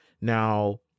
Now